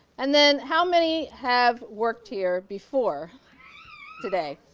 and then how many have worked here before today?